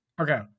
Okay